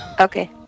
Okay